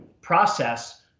process